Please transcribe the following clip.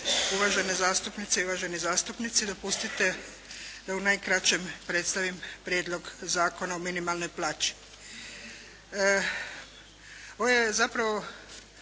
uvažene zastupnice i uvaženi zastupnici. Dopustite da najkraće predstavnik Prijedlog zakona o minimalnoj plaći. Ovo je zapravo